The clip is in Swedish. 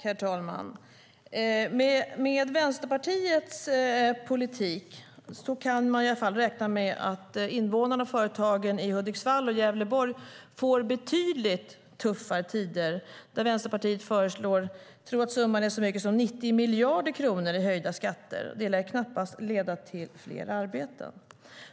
Herr talman! Med Vänsterpartiets politik kan man i alla fall räkna med att invånarna och företagen i Hudiksvall och Gävleborg får betydligt tuffare tider. Vänsterpartiet föreslår ju, tror jag, så mycket som 90 miljarder kronor i höjda skatter. Det lär knappast leda till fler arbeten.